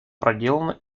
проделана